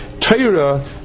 Torah